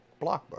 Blockbuster